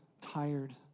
tired